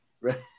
right